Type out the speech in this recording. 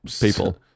people